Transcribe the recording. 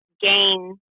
gain